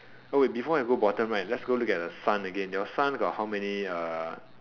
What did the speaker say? oh wait before I go bottom right let's go look at the sun again your sun got how many uh